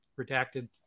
Redacted